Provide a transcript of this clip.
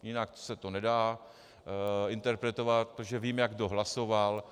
Jinak se to nedá interpretovat, protože vím, jak kdo hlasoval.